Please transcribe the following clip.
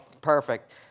perfect